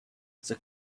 the